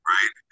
Right